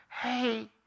Hey